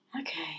Okay